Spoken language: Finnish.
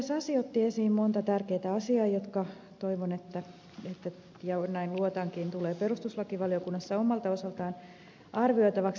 sasi otti esiin monta tärkeätä asiaa joiden toivon ja näin luotankin tulevan perustuslakivaliokunnassa omalta osaltaan arvioitavaksi